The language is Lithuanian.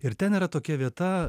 ir ten yra tokia vieta